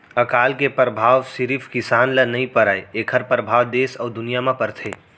अकाल के परभाव सिरिफ किसान ल नइ परय एखर परभाव देस अउ दुनिया म परथे